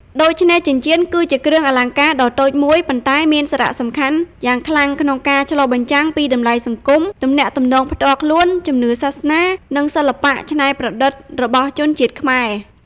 ដូច្នេះ ចិញ្ចៀនគឺជាគ្រឿងអលង្ការដ៏តូចមួយ ប៉ុន្តែមានសារៈសំខាន់យ៉ាងខ្លាំងក្នុងការឆ្លុះបញ្ចាំងពីតម្លៃសង្គម ទំនាក់ទំនងផ្ទាល់ខ្លួន ជំនឿសាសនា និងសិល្បៈច្នៃប្រឌិតរបស់ជនជាតិខ្មែរ។